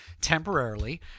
temporarily